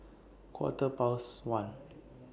Quarter Past one